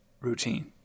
routine